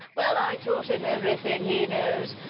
well i taught him everything he knows.